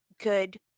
good